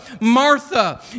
Martha